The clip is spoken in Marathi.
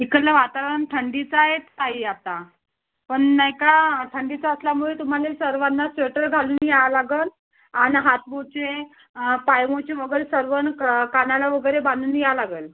इकडले वातावरण थंडीचं आहेच ताई आता पण नाही का थंडीचं असल्यामुळे तुम्हाला सर्वांना स्वेटर घालून या लागेल आणि हातमोजे पायमोजे वगैरे सर्व न कानाला वगैरे बांधून या लागेल